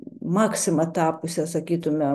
maksima tapusia sakytumėme